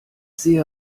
sehe